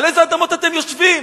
על אילו אדמות אתם יושבים?